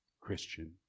Christian